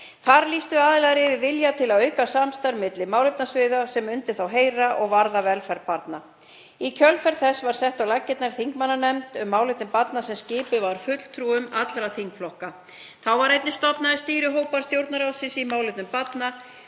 Þar lýstu aðilar yfir vilja til að auka samstarf milli málefnasviða sem undir þá heyra og varða velferð barna. Í kjölfar þess var sett á laggirnar þingmannanefnd um málefni barna sem skipuð var fulltrúum allra þingflokka. Þá var einnig stofnaður stýrihópur Stjórnarráðsins í málefnum barna.